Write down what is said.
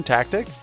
Tactic